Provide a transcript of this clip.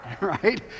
right